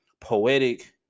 poetic